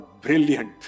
brilliant